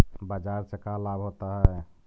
बाजार से का लाभ होता है?